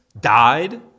died